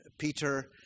Peter